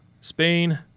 spain